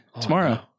tomorrow